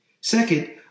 Second